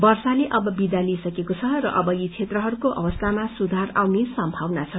वर्षाले अब विदा लिइसकेको छ र अब यी क्षेत्रहरूको अवस्थामा सुधार आउने सम्भावना छ